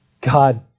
God